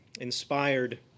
inspired